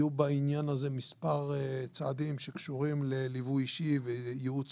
יהיו בעניין הזה מספר צעדים שקשורים לליווי אישי וייעוץ